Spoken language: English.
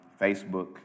Facebook